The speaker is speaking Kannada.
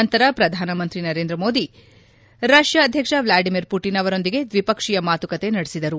ನಂತರ ಪ್ರಧಾನ ಮಂತ್ರಿ ಮೋದಿ ಅವರು ರಷ್ಣಾ ಅಧ್ಯಕ್ಷ ವ್ಲಾಡಿಮೀರ್ ಪುಟಿನ್ ಅವರೊಂದಿಗೆ ದ್ನಿಪಕ್ಸೀಯ ಮಾತುಕತೆ ನಡೆಸಿದರು